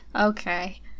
Okay